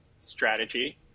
strategy